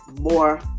more